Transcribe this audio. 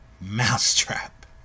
mousetrap